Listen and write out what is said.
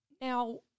Now